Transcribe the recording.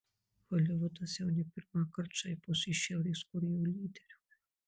holivudas jau ne pirmąkart šaiposi iš šiaurės korėjo lyderių